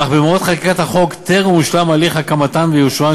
אך במועד חקיקת החוק טרם הושלם הליך הקמתן ואישורן